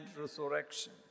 resurrection